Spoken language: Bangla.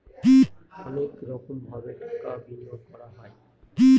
অনেক রকমভাবে টাকা বিনিয়োগ করা হয়